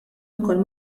ukoll